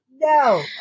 No